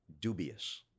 dubious